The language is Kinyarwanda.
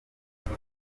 kuba